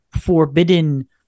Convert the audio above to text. forbidden